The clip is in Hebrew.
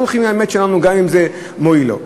אנחנו הולכים עם האמת שלנו, גם אם זה מועיל לו.